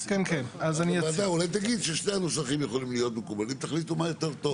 אולי תגיד ששני הנוסחים יכולים להיות מקובלים ותחליטו מה יותר טוב.